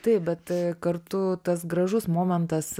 taip bet kartu tas gražus momentas